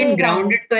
grounded